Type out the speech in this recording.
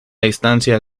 distancia